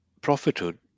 prophethood